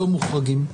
לא מוחרגים.